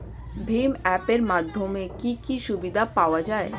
ভিম app এর মাধ্যমে কি কি সুবিধা পাওয়া যায়?